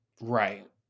Right